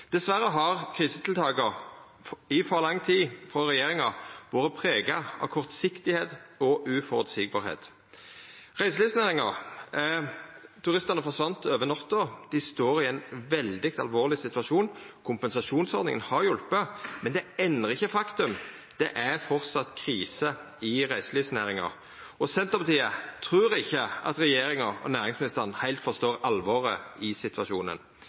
Dessverre har krisetiltaka frå regjeringa i for lang tid hatt eit kortsiktig og uføreseieleg preg. Reiselivsnæringa – turistane forsvann over natta – står i ein veldig alvorleg situasjon. Kompensasjonsordninga har hjelpt, men det endrar ikkje faktum: Det er framleis krise i reiselivsnæringa. Senterpartiet trur ikkje at regjeringa og næringsministeren heilt forstår alvoret i situasjonen.